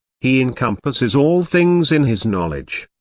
he encompasses all things in his knowledge.